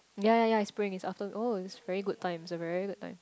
ya ya ya it's spring is after oh it's very good time it's a very good time